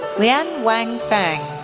lian wang feng,